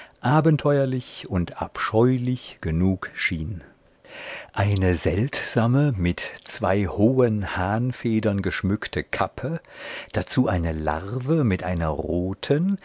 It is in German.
abenteuerlich und abscheulich genug schien eine seltsame mit zwei hohen hahnfedern geschmückte kappe dazu eine larve mit einer roten